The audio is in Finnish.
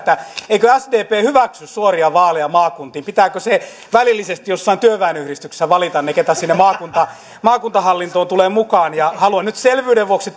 eikö sdp hyväksy suoria vaaleja maakuntiin pitääkö välillisesti jossain työväenyhdistyksessä valita keitä sinne maakuntahallintoon tulee mukaan ja haluan nyt selvyyden vuoksi